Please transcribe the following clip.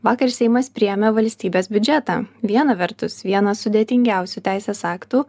vakar seimas priėmė valstybės biudžetą viena vertus vieną sudėtingiausių teisės aktų